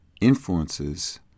influences